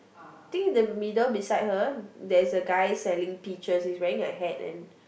think the middle beside her there's a guy selling peaches he's wearing a hat and